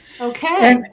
Okay